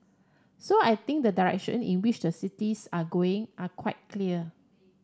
so I think the direction in which the cities are going are quite clear